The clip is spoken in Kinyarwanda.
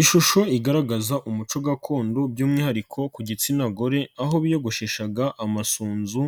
Ishusho igaragaza umuco gakondo by'umwihariko ku gitsina gore aho biyogosheshaga amasunzu